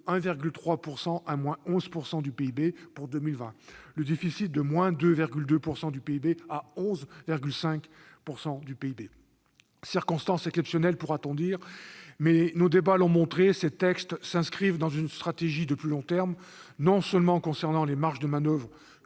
1,3 % à-11 % du PIB pour 2020, le déficit de 2,2 % à 11,5 % du PIB ... Circonstances exceptionnelles, pourra-t-on dire. Mais, nos débats l'ont montré, ces textes s'inscrivent dans une stratégie de plus long terme, y compris en ce qui concerne les marges de manoeuvre